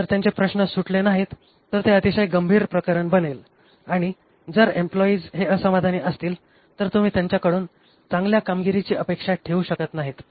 आणि जर त्यांचे प्रश्न सुटले नाहीत तर ते अतिशय गंभीर प्रकरण बनेल आणि जर एम्प्लॉईज हे असमाधानी असतील तर तुम्ही त्यांच्याकडून चांगल्या कामगिरीची अपेक्षा ठेऊ शकत नाहीत